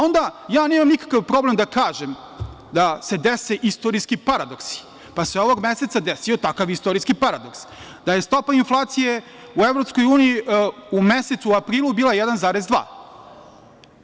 Onda, ja nemam nikakav problem da kažem da se dese istorijski paradoksi, da se ovog meseca desio takav istorijski paradoks, da je stopa inflacije u EU u mesecu aprilu bila 1,2%